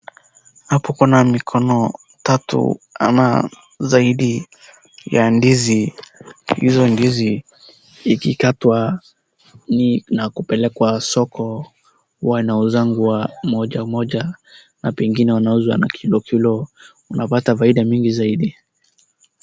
Hapo kuna mikono tatu ama zaidi ya ndizi. Hizo ndizi ikikatwa na kupelekwa soko huwa inauzwanga moja moja na pengine wanauza na kilo kilo, unapata faida migi zaidi.